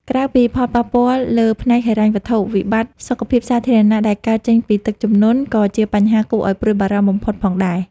ក្រៅពីផលប៉ះពាល់លើផ្នែកហិរញ្ញវត្ថុ វិបត្តិសុខភាពសាធារណៈដែលកើតចេញពីទឹកជំនន់ ក៏ជាបញ្ហាគួរឱ្យព្រួយបារម្ភបំផុតផងដែរ។